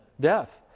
Death